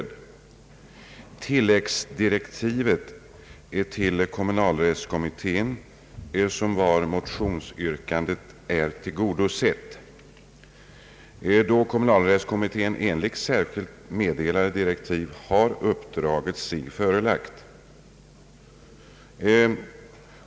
Det önskemål om tilläggsdirektiv till kommunal rättskommittén som framförts i föreliggande motioner är tillgodosett, då kommunalrättskommittén enligt särskilt meddelade direktiv har detta uppdrag sig förelagt.